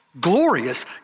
Glorious